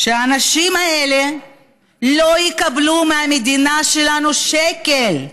שהאנשים האלה לא יקבלו מהמדינה שלנו שקל,